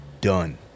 done